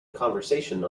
conversation